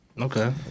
Okay